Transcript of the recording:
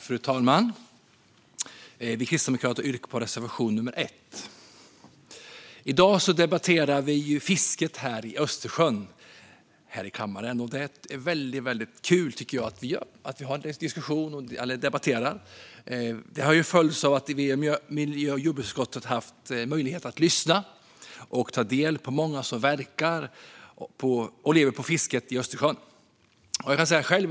Fru talman! Vi kristdemokrater yrkar bifall till reservation nr 1. I dag debatterar vi i kammaren fisket här i Östersjön. Det är väldigt kul att vi har den diskussionen och debatterar ämnet. Det har inneburit att utskottet har fått möjlighet att lyssna till och ta del av vad många av dem som verkar i och lever av fisket på Östersjön har att berätta.